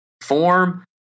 form